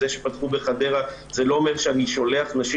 זה שפתחו בחדרה זה לא אומר שאני שולח נשים